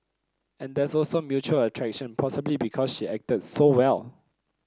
and there was also mutual attraction possibly because she acted so well